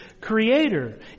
Creator